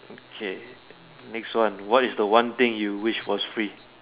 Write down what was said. okay next one what is the one thing you wish was free